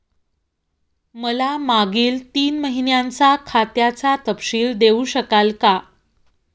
मला मागील तीन महिन्यांचा खात्याचा तपशील देऊ शकाल का?